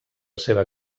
seva